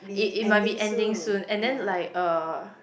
it it might be ending soon and then like uh